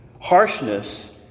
Harshness